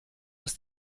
ist